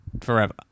forever